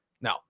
no